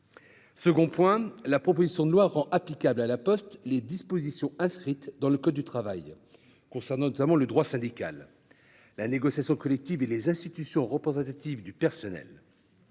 La proposition de loi rend ensuite applicables à La Poste les dispositions du code du travail concernant notamment le droit syndical, la négociation collective et les institutions représentatives du personnel.